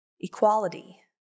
equality